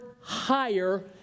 higher